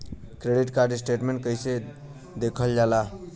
Credit card statement कइसे देखल जाला?